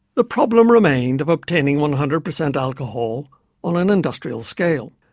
the problem remained of obtaining one hundred percent alcohol on an industrial scale.